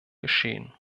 geschehen